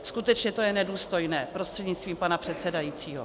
Skutečně to je nedůstojné, prostřednictvím pana předsedajícího.